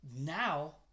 now